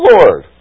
Lord